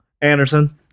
Anderson